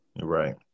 Right